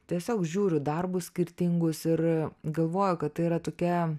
tiesiog žiūriu darbus skirtingus ir galvoju kad tai yra tokia